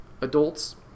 Adults